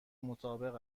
مطابق